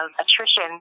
attrition